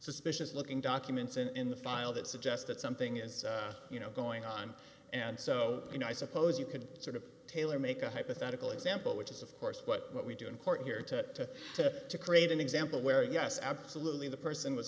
suspicious looking documents in the file that suggest that something is you know going on and so you know i suppose you could sort of tailor make a hypothetical example which is of course but what we do in court here to to create an example where yes absolutely the person was